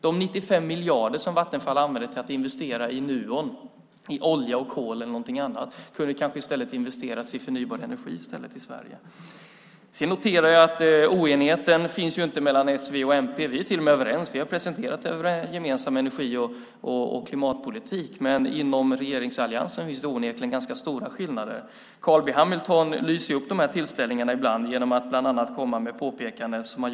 De 95 miljarder som Vattenfall använder för att investera i Nuon i olja och kol eller något annat kunde kanske i stället investeras i förnybar energi i Sverige. Jag noterar att oenigheten inte finns mellan s, v och mp. Vi är till och med överens. Vi har presenterat en gemensam energi och klimatpolitik. Inom regeringsalliansen finns det onekligen ganska stora skillnader. Carl B Hamilton lyser upp de här tillställningarna ibland, bland annat genom att komma med sådana påpekanden som nu.